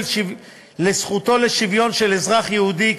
לזכותו לשוויון של אזרח יהודי,